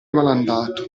malandato